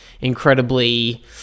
incredibly